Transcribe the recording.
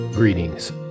Greetings